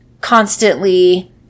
constantly